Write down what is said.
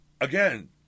Again